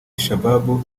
shabab